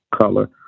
color